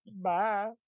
bye